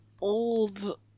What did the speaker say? old